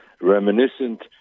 reminiscent